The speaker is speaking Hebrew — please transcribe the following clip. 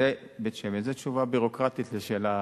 זו תשובה ביורוקרטית על שאלה